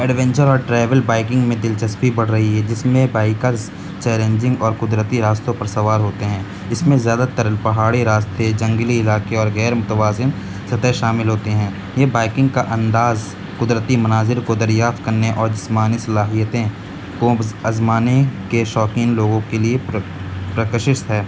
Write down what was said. adventure اور travel biking میں دلچسپی بڑھ رہی ہے جس میں بائکرز چیلنجنگ اور قدرتی راستوں پر سوار ہوتے ہیں اس میں زیادہ تر پہاڑی راستے جنگلی علاقے اور غیر متوازن سطح شامل ہوتے ہیں یہ بائکنگ کا انداز قدرتی مناظر کو دریافت کرنے اور جسمانی صلاحیتیں کو آزمانے کے شوقین لوگوں کے لیے پرکشش ہے